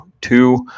two